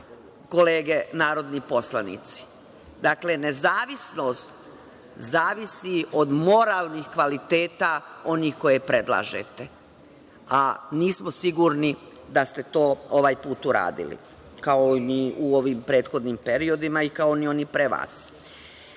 kolege narodni poslanici. Dakle, nezavisnost zavisi od moralnih kvaliteta onih koje predlažete, a nismo sigurni da ste to ovaj put uradili, kao ni u ovim prethodnim periodima i kao ni oni pre vas. Kada